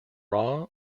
raw